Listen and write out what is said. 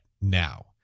now